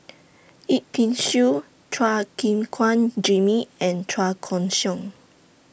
Yip Pin Xiu Chua Gim Guan Jimmy and Chua Koon Siong